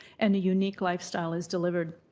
and a unique life style is delivered.